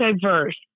diverse